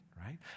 right